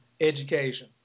education